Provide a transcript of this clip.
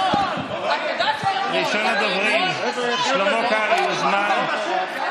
ראשון הדוברים, שלמה קרעי, מוזמן.